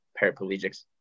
paraplegics